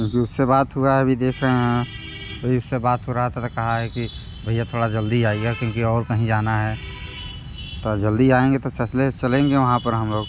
क्योंकि उससे बात हुआ है अभी देख रहे हैं तो इससे बात हो रहा था तो कहा है भैया थोड़ी जल्दी आइएगा क्योंकि और कहीं जाना है थोड़ा जल्दी आएंगे तो चतलेश चलेंगे वहाँ पर हमलोग